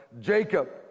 Jacob